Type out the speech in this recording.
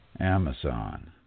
Amazon